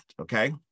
Okay